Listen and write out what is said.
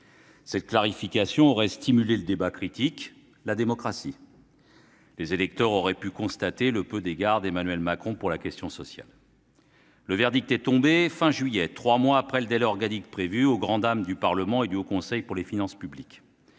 cette clarification aurait stimulé le débat critique et la démocratie. Les électeurs auraient pu constater le peu d'égard d'Emmanuel Macron pour la question sociale. Le verdict est tombé fin juillet, trois mois après le délai prévu par les textes, au grand dam du Parlement et du Haut Conseil pour les finances publiques.